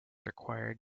required